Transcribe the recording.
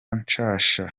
nshasha